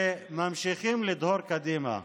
וממשיכים לדהור קדימה.